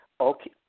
Okay